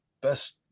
best